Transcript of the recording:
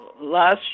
last